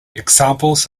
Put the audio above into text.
examples